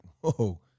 whoa